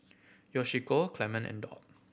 Yoshiko Clemon and Dot